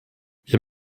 wir